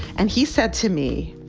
and he said to me,